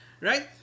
right